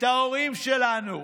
את ההורים שלנו.